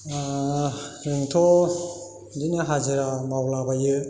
जोंथ' बिदिनो हाजिरा मावला बायो